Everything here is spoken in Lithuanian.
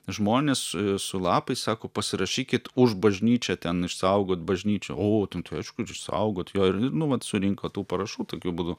žmonės su lapais sako pasirašykit už bažnyčią ten išsaugot bažnyčią o ten tai aišku saugot jo ir nu vat surinko tų parašų tokiu būdu